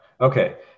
Okay